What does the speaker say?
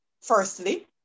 firstly